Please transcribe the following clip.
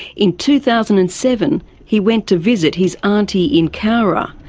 in two thousand and seven he went to visit his aunty in cowra,